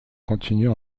continuent